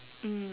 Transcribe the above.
mm